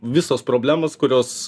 visos problemos kurios